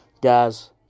Guys